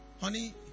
honey